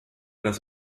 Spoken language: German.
das